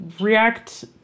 React